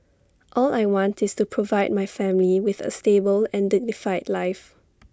all I want is to provide my family with A stable and dignified life